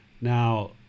now